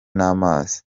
n’amazi